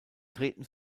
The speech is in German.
treten